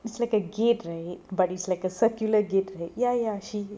it's like a gate right but it's like a circular gate right ya ya she